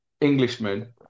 Englishman